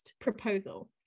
proposal